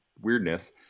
weirdness